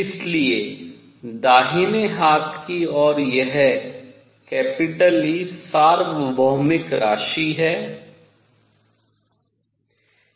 इसलिए दाहिने हाथ की और यह E सार्वभौमिक राशि की तरह है